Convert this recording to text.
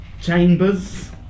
chambers